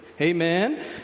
Amen